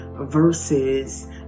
versus